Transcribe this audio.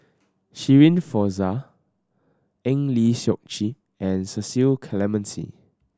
Shirin Fozdar Eng Lee Seok Chee and Cecil Clementi